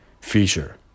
feature